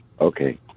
Okay